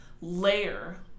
layer